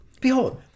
Behold